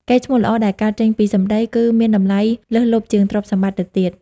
កេរ្តិ៍ឈ្មោះល្អដែលកើតចេញពីសម្ដី គឺមានតម្លៃលើសលប់ជាងទ្រព្យសម្បត្តិទៅទៀត។